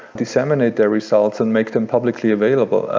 disseminate their results and make them publicly available,